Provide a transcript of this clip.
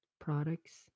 Products